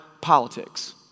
politics